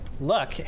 look